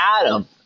adam